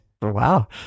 Wow